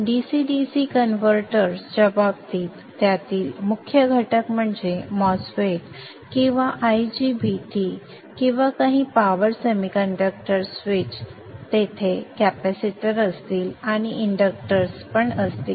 DC DC converters च्या बाबतीत त्यातील मुख्य घटक म्हणजे MOSFET किंवा IGBT किंवा संदर्भ वेळ 0336 काही पॉवर सेमीकंडक्टर स्विच तेथे कॅपेसिटर असतील आणि इंडक्टर्स असतील